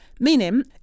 Meaning